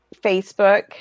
Facebook